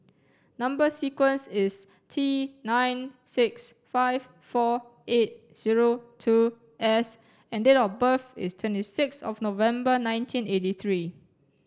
number sequence is T nine six five four eight zero two S and date of birth is twenty six thof November nineteen eighty three